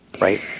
Right